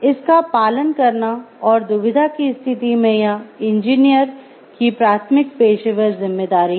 इसका पालन करना और दुविधा की स्थिति मे यह इंजीनियर की प्राथमिक पेशेवर जिम्मेदारी है